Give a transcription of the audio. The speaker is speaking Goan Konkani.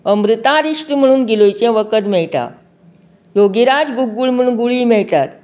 अमृता रिश्ट म्हणून गिलोयचें वखद मेळटा योगीराज गुगूळ म्हणून गुळी मेळटात